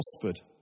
prospered